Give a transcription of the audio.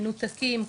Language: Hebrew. מנותקים,